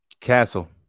Castle